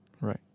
Right